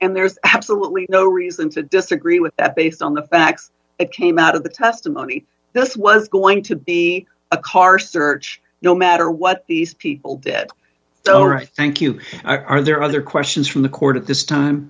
and there's absolutely no reason to disagree with that based on the facts it came out of the testimony this was going to be a car search no matter what these people did so right thank you are there other questions from the court at this time